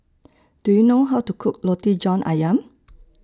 Do YOU know How to Cook Roti John Ayam